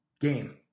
game